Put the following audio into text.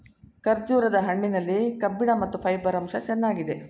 ಖರ್ಜೂರದ ಹಣ್ಣಿನಲ್ಲಿ ಕಬ್ಬಿಣ ಮತ್ತು ಫೈಬರ್ ಅಂಶ ಹೆಚ್ಚಾಗಿದೆ